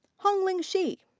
hanlin shi.